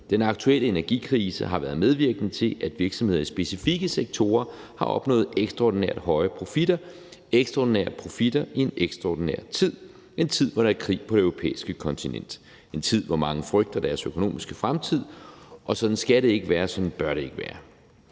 Den aktuelle energikrise har været medvirkende til, at virksomheder i specifikke sektorer har opnået ekstraordinært høje profitter i en ekstraordinær tid, hvor der er krig på det europæiske kontinent. Det er en tid, hvor mange frygter for deres økonomiske fremtid, og sådan skal det ikke være, sådan bør det ikke være.